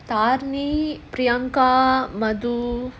tarni priyanka medu